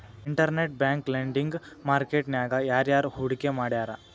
Internet bank lending market ನ್ಯಾಗ ಯಾರ್ಯಾರ್ ಹೂಡ್ಕಿ ಮಾಡ್ತಾರ?